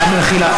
רגע, מחילה.